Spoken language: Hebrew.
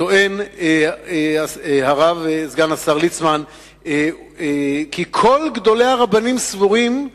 שסגן השר ליצמן טוען כי כל גדולי הרבנים סבורים,